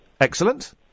Excellent